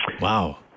Wow